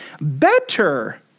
Better